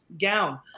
gown